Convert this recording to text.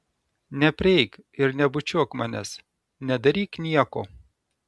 neprieik ir nebučiuok manęs nedaryk nieko